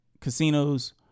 casinos